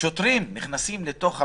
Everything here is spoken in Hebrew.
ושוטרים נכנסים לתוך המטוס,